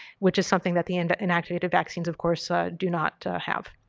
which is something that the and inactivated vaccines of course ah do not have.